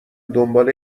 دنبال